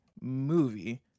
movie